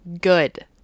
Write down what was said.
good